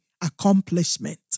accomplishment